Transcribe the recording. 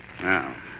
Now